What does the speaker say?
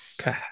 Okay